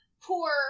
poor